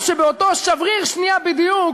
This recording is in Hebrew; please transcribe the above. או שבאותו שבריר שנייה בדיוק,